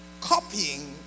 Copying